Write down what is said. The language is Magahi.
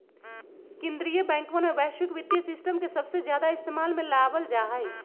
कीन्द्रीय बैंकवन में वैश्विक वित्तीय सिस्टम के सबसे ज्यादा इस्तेमाल में लावल जाहई